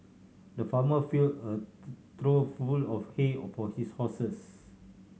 the farmer filled a trough full of hay for his horses